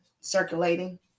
circulating